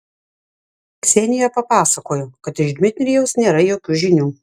ksenija papasakojo kad iš dmitrijaus nėra jokių žinių